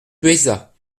poëzat